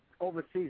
overseas